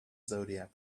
zodiac